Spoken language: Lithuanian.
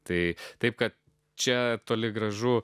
tai taip kad čia toli gražu